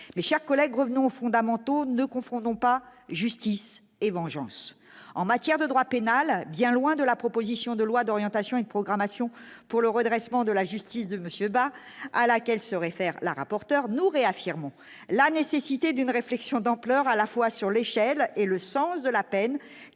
mais, chers collègues, revenons aux fondamentaux ne confondons pas justice et vengeance en matière de droit pénal, bien loin de la proposition de loi d'orientation et de programmation pour le redressement de la justice de Monsieur bah, à laquelle se réfère la rapporteure, nous réaffirmons la nécessité d'une réflexion d'ampleur à la fois sur l'échelle et le sens de la peine